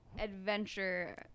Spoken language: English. adventure